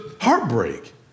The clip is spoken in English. heartbreak